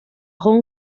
whole